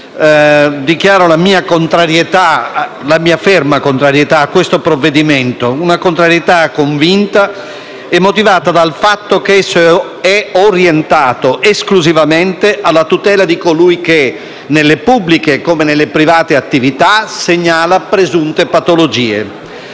dichiaro la mia ferma contrarietà a questo provvedimento. Una contrarietà convinta e motivata dal fatto che esso è orientato esclusivamente alla tutela di colui che, nelle pubbliche come nelle private attività, segnala presunte patologie.